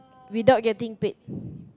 without getting paid